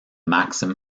maxim